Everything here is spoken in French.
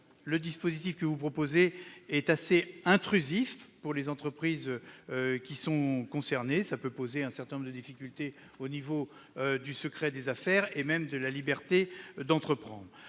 le dispositif que vous proposez est assez intrusif pour les entreprises concernées et peut poser un certain nombre de difficultés pour ce qui est du secret des affaires et même de la liberté d'entreprendre.